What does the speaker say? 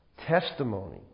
Testimony